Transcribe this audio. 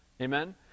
amen